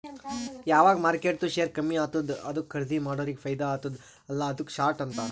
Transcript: ಯಾವಗ್ ಮಾರ್ಕೆಟ್ದು ಶೇರ್ ಕಮ್ಮಿ ಆತ್ತುದ ಅದು ಖರ್ದೀ ಮಾಡೋರಿಗೆ ಫೈದಾ ಆತ್ತುದ ಅಲ್ಲಾ ಅದುಕ್ಕ ಶಾರ್ಟ್ ಅಂತಾರ್